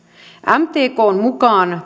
mtkn mukaan